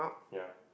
ya